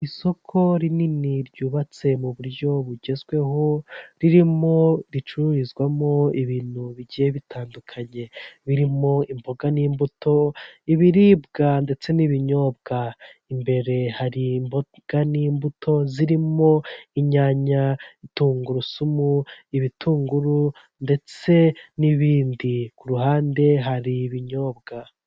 Isoko rinini ryubatse mu buryo bugezweho ririmo ricururizwamo ibintu bigiye bitandukanye birimo imboga n'imbuto, ibiribwa ndetse n'ibinyobwa imbere hari imboga n'imbuto zirimo inyanya, tungurusumu, ibitunguru ndetse n'ibindi ku ruhande hari ibinyobwa.